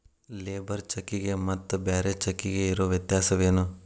Labour ಚೆಕ್ಕಿಗೆ ಮತ್ತ್ ಬ್ಯಾರೆ ಚೆಕ್ಕಿಗೆ ಇರೊ ವ್ಯತ್ಯಾಸೇನು?